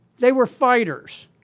they were fighters.